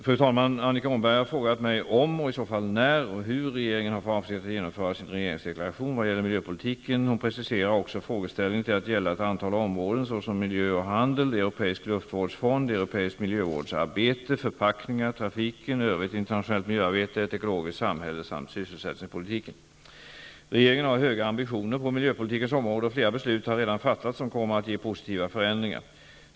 Fru talman! Annika Åhnberg har frågat mig om, och i så fall när och hur, regeringen har för avsikt att genomföra sin regeringsdeklaration i vad gäller miljöpolitiken. Hon preciserar också frågeställningen till att gälla ett antal områden såsom miljö och handel, europeisk luftvårdsfond, europeiskt miljövårdsarbete, förpackningar, trafiken, övrigt internationellt miljöarbete, ett ekologiskt samhälle samt sysselsättningspolitiken. Regeringen har höga ambitioner på miljöpolitikens område och flera beslut har redan fattats som kommer att ge positiva förändringar.